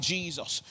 Jesus